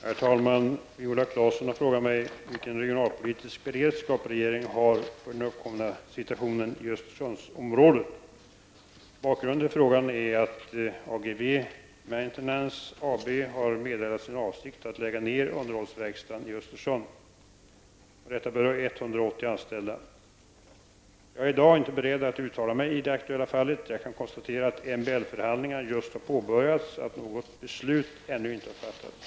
Herr talman! Viola Claesson har frågat mig vilken regionalpolitisk beredskap regeringen har för den uppkomna situationen i Östersundsområdet. Bakgrunden till frågan är att Ageve Maintenance Jag är i dag inte beredd att uttala mig i det aktuella fallet. Jag kan konstatera att MBL-förhandlingarna just har påbörjats och att något beslut ännu inte fattats.